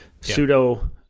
pseudo-